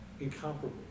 incomparable